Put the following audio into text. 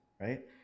right